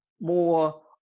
more